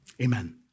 amen